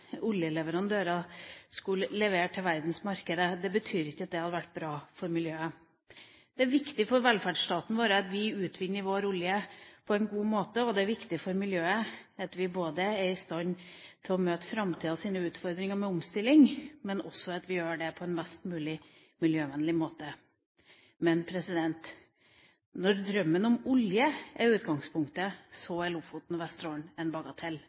oljeleverandører skulle levere til verdensmarkedet. Det betyr ikke at det hadde vært bra for miljøet. Det er viktig for velferdsstaten vår at vi utvinner vår olje på en god måte, og det er viktig for miljøet at vi både er i stand til å møte framtidas utfordringer med omstilling, og at vi gjør det på en best mulig miljøvennlig måte. Men når drømmen om olje er utgangspunktet, er Lofoten og Vesterålen en bagatell.